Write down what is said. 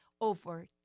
over